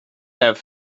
have